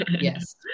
Yes